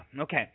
Okay